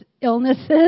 illnesses